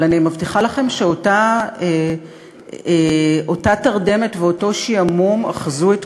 אבל אני מבטיחה לכם שאותה תרדמת ואותו שעמום אחזו את